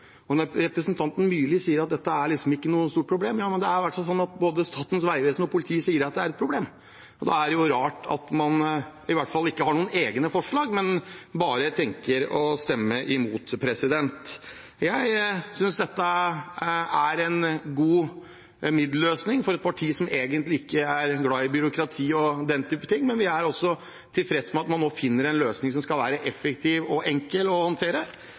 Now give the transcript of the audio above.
Representanten Myrli sier at dette ikke er noe stort problem. Det er i hvert fall sånn at både Statens vegvesen og politiet sier at det er et problem, og da er det i hvert fall rart at man ikke har noen egne forslag, men bare tenker å stemme imot. Jeg synes dette er en god middelløsning for et parti som egentlig ikke er glad i byråkrati og den type ting. Vi er tilfreds med at man nå finner en løsning som skal være effektiv og enkel å håndtere.